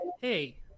hey